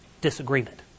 disagreement